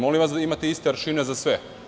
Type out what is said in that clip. Molim vas da imate iste aršine za sve.